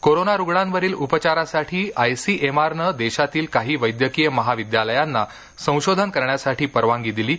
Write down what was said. corona रुग्णांवरील उपचारासाठी ICMR ने देशातील काही वैद्यकीय महाविद्यालयांना संशोधन करण्यासाठी परवानगी दिली आहे